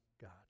God